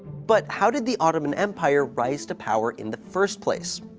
but, how did the ottoman empire rise to power in the first place?